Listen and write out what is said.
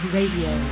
Radio